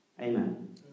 Amen